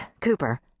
Cooper